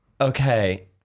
Okay